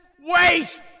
waste